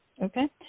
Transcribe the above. Okay